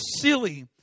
silly